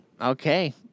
Okay